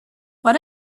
what